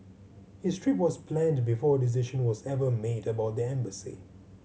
his trip was planned before a decision was ever made about the embassy